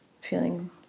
feeling